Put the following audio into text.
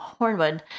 Hornwood